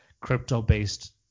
crypto-based